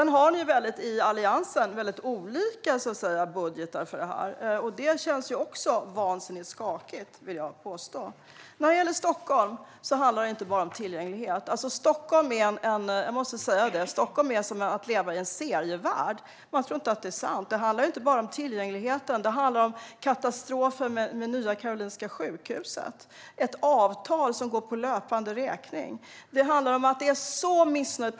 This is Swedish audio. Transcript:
Ni har inom Alliansen olika budgetar. Det känns också vansinnigt skakigt. När det gäller situationen i Stockholm handlar det inte bara om tillgänglighet. Stockholm är som att leva i en serievärld. Man tror inte att det är sant. Det handlar inte bara om tillgänglighet, utan här handlar det om katastrofen med Nya Karolinska sjukhuset. Där finns ett avtal som går på löpande räkning. Personalen i Stockholm är så missnöjd.